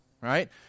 right